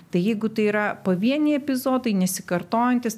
tai jeigu tai yra pavieniai epizodai nesikartojantys